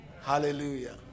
Hallelujah